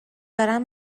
دارم